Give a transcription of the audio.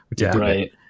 Right